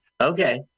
Okay